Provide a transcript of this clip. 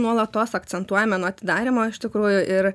nuolatos akcentuojame nuo atidarymo iš tikrųjų ir